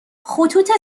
خطوط